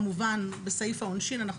כמובן, בסעיף העונשין אנחנו